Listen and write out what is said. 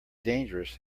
dangerous